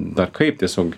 dar kaip tiesiog